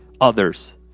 others